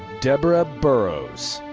deborah burroughs.